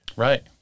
Right